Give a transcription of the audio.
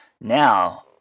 Now